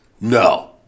No